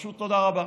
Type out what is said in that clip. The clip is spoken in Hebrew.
פשוט תודה רבה.